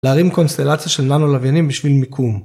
להרים קונסטלציה של ננו לווינים בשביל מיקום.